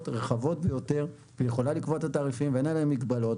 רחבות ביותר והיא יכולה לקבוע את התעריפים ואין עליה מגבלות.